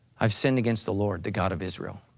i've sinned against the lord the god of israel.